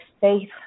faith